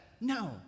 no